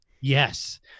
Yes